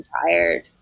tired